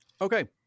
Okay